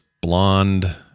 Blonde